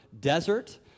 desert